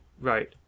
Right